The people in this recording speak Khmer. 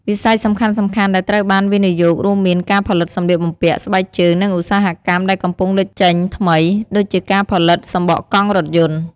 វិស័យសំខាន់ៗដែលត្រូវបានវិនិយោគរួមមានការផលិតសម្លៀកបំពាក់ ស្បែកជើង និងឧស្សាហកម្មដែលកំពុងលេចចេញថ្មី ដូចជាការផលិតសំបកកង់រថយន្ត។